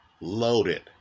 loaded